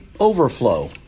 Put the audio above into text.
overflow